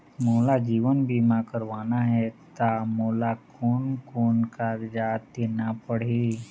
मोला जीवन बीमा करवाना हे ता मोला कोन कोन कागजात देना पड़ही?